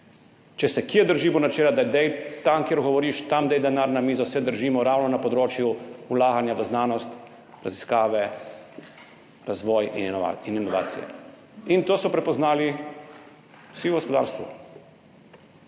Če se kje držimo načela, da daj tam, kjer govoriš, denar na mizo, se tega držimo ravno na področju vlaganja v znanost, raziskave, razvoj in inovacije. To so prepoznali vsi v gospodarstvu.